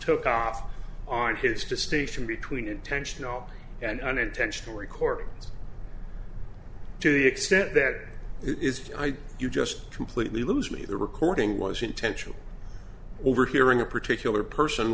took off on his to station between intentional and unintentional recording to the extent that it is you just completely lose me the recording was intentional over hearing a particular person